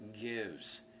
gives